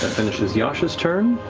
finishes yasha's turn.